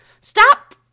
stop